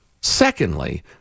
secondly